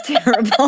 terrible